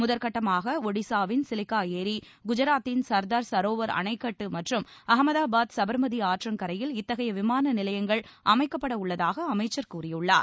முதற்கட்டமாக ஒடிசாவின் சிலிகா ஏரி குஜராத்தின் சர்தார் சரோவர் அணைக்கட்டு மற்றும் அகமதாபாத் சுபர்மதி ஆற்றங்கரையில் இத்தகைய விமான நிலையங்கள் அமைக்கப்படவுள்ளதாக அமைச்சர் கூறியுள்ளார்